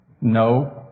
No